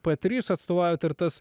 p trys atstovaujat ir tas